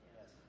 Yes